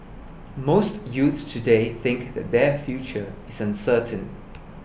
most youths today think that their future is uncertain